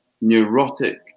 neurotic